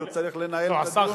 כי הוא צריך לנהל את הדיון.